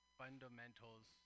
fundamentals